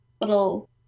little